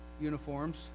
uniforms